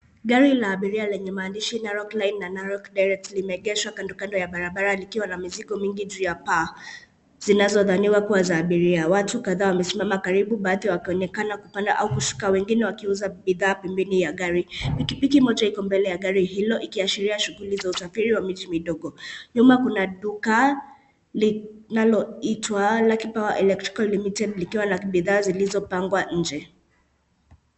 Gari la abiria lenye maandishi Narok Line na Narok DIrect limeegeshwa kando kando ya barabara likiwa na mizigo mingi juu ya paa, zinazodhaniwa kuwa za abiria. Watu kadhaa wamesimama karibu, baadhi wakionekana kupanda au kushuka, wengine wakiuza bidhaa pembeni ya gari. Pikipiki moja iko mbele ya gari hilo ikiashiria shughuli za usafiri wa miji midogo. Nyuma kuna duka linaloitwa Luck Power Electrical Limited , likiwa na bidhaa zilizopangwa nje.